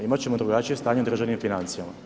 Imat ćemo drugačije stanje u državnim financijama.